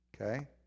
Okay